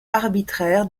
arbitraire